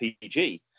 PG